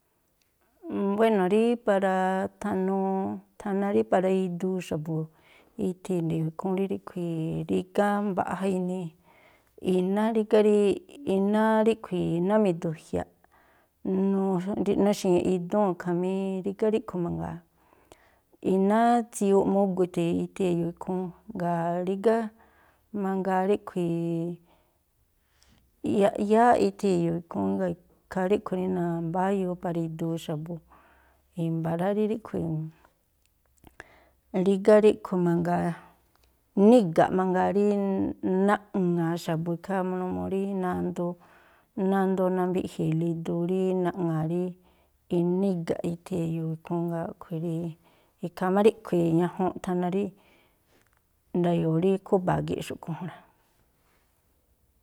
Buéno̱, rí para thanuu thana rí para iduu xa̱bu̱ ithii̱ nde̱yo̱o̱ ikhúún, rí ríꞌkhui̱ rígá mbaꞌja inii iná, rígá rí iná ríꞌkhui̱ iná mi̱du̱jia̱ꞌ, nuxi̱ñi̱ꞌ idúu̱n khamí rígá ríꞌkhui̱ mangaa, iná tsiyuuꞌ mugu̱ ithii ithii̱ e̱yo̱o̱ ikhúún. Jngáa̱ rígá mangaa ríꞌkhui̱ yaꞌyááꞌ ithii̱ e̱yo̱o̱ ikhúún, jngáa̱ ikhaa ríꞌkhui̱ rí nambáyuu para iduu xa̱bu̱. I̱mba̱ rá rí ríꞌkhui̱, rígá ríꞌkhui̱ mangaa, niga̱ꞌ mangaa rí naꞌŋa̱a̱ xa̱bu̱ ikhaa numuu rí nandoo, nandoo nambiꞌji̱i̱la iduu rí naꞌŋa̱a̱ rí iná iga̱ꞌ ithii̱ e̱yo̱o̱ ikhúún. Jngáa̱ a̱ꞌkhui̱ rí ikhaa má ríꞌkhui̱ ñajuunꞌ thana rí nda̱yo̱o̱ rí khúba̱a gii̱ꞌ xúꞌkhui̱ jún rá.